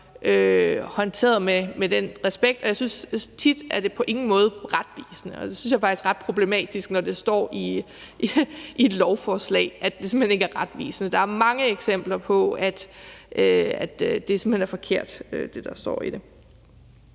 håndteret med den respekt, og jeg synes tit, at det på ingen måder er retvisende. Og det synes jeg faktisk ret problematisk, når det, der står i et lovforslag, simpelt hen ikke er retvisende. Der er mange eksempler på, at det, der står i det,